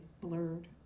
blurred